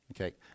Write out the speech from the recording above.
Okay